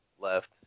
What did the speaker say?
left